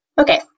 Okay